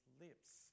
lips